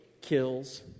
kills